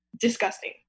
disgusting